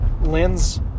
lens